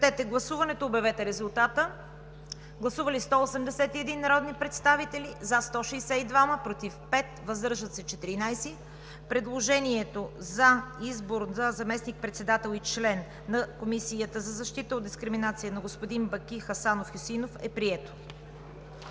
гласуване. Гласували 181 народни представители: за 162, против 5, въздържали се 14. Предложението за избор за заместник-председател и член на Комисията за защита от дискриминация на господин Баки Хасанов Хюсеинов е прието.